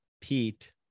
Pete